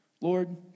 Lord